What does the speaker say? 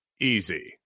Easy